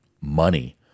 money